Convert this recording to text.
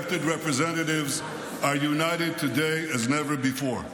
representatives are united today as never before.